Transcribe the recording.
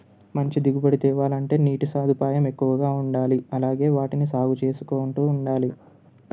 మంచి దిగుబడి తేవాలి అంటే నీటి సదుపాయం ఎక్కువగా ఉండాలి అలాగే వాటిని సాగు చేసుకుంటు ఉండాలి